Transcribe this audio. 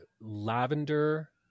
lavender